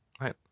right